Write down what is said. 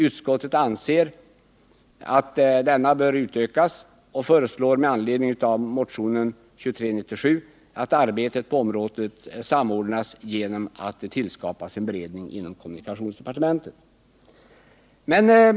Utskottet anser att denna bör utökas och föreslår med anledning av motionen 2397 att arbetet på området samordnas genom att det tillskapas en beredning inom kommunikationsdepartementet.